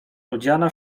odziana